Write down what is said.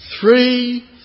Three